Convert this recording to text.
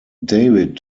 david